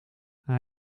hij